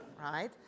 right